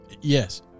Yes